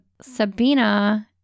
Sabina